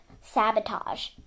sabotage